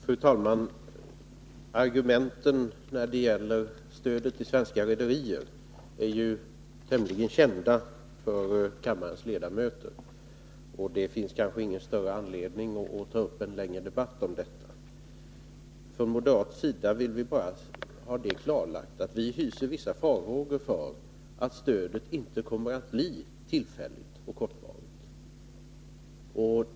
Fru talman! Argumenten när det gäller stödet till svenska rederier är ju tämligen kända för kammarens ledamöter, och det finns kanske ingen större anledning att ta upp en längre debatt om den frågan. Från moderat sida vill vi bara ha klargjort att vi hyser vissa farhågor för att stödet inte kommer att bli tillfälligt och kortvarigt.